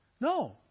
No